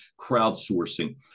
crowdsourcing